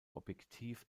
objektiv